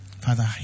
Father